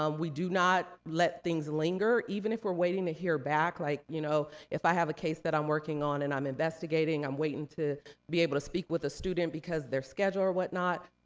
um we do not let things linger, even if we're waiting to hear back. like, you know, if i have a case that i'm working on, and i'm investigating, i'm waiting to be able to speak with a student because their schedule or whatnot,